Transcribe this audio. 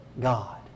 God